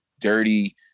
dirty